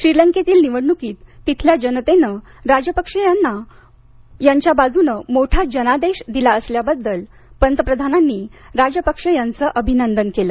श्रीलंकेतील निवडणुकीत तेथील जनतेन राजपक्षे यांच्या बाजूने मोठा जनादेश दिला असल्याबद्दल पंतप्रधांनी राजपक्ष यांचे अभिनंदन केल